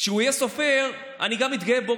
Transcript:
כשהוא יהיה סופר אני אתגאה גם בו.